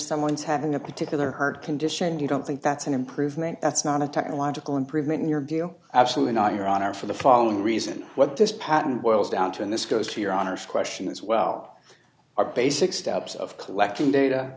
someone's having a particular heart condition you don't think that's an improvement that's not a technological improvement in your view absolutely not your honor for the following reason what this patent boils down to and this goes to your honor's question as well are basic steps of collecting data